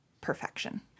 perfection